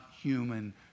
human